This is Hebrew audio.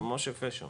זה משה פשר,